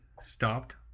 stopped